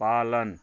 पालन